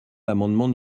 l’amendement